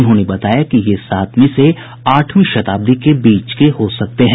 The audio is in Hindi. उन्होंने बताया कि ये सातवीं से आठवीं शताब्दी के बीच के हो सकते हैं